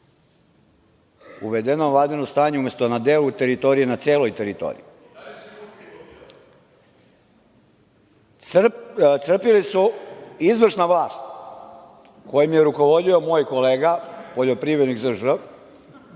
uvedeno je vanredno stanje umesto na delu teritorije na celoj teritoriji. Crpili su izvršna vlast kojom je rukovodio moj kolega poljoprivrednik ZŽ,